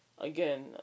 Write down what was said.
Again